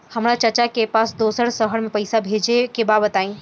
हमरा चाचा के पास दोसरा शहर में पईसा भेजे के बा बताई?